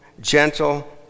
gentle